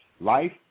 life